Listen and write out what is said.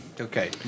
Okay